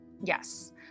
Yes